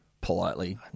politely